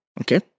Okay